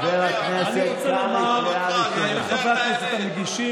אני רוצה לומר, "שָׂרַיִך סוררים וחברי גנבים".